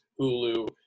Hulu